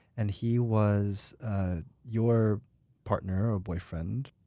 and he was your partner or boyfriend.